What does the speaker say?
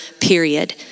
period